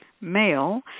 male